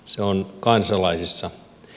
se on kansalaisissa